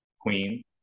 queen